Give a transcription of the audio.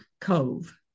Cove